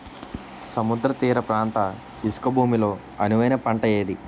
సముద్ర తీర ప్రాంత ఇసుక భూమి లో అనువైన పంట ఏది?